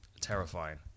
terrifying